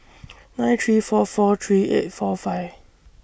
nine three four four three eight four five